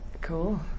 cool